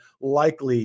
likely